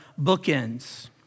bookends